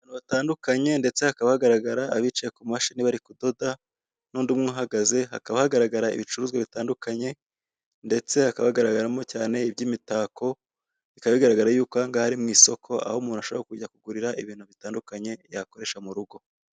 Abantu batandunkanye ndetse hakaba hagaragara abicaye ku mashini bari kudoda n'undi umwe uhagaze hakaba hagaragara ibicuruzwa bitandukanye ndetse hakaba hagaragaramo cyane iby'imitako bikaba bigaragara yuko aha ngaha ari mu isoko aho umuntu ashobora kujya kuhagurira ibintu bitandukanye yakoresha mu rugo.